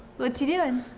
what you doing?